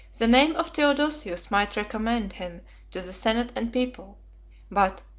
the name of theodosius might recommend him to the senate and people but,